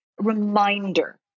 reminder